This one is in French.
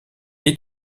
est